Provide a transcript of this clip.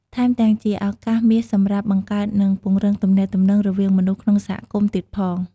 ថែមទាំងជាឱកាសមាសសម្រាប់ បង្កើត និងពង្រឹងទំនាក់ទំនង រវាងមនុស្សក្នុងសហគមន៍ទៀតផង។